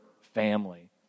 family